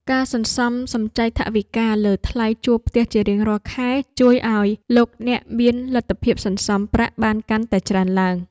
ការសន្សំសំចៃថវិកាលើថ្លៃជួលផ្ទះជារៀងរាល់ខែជួយឱ្យលោកអ្នកមានលទ្ធភាពសន្សំប្រាក់បានកាន់តែច្រើនឡើង។